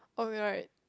oh right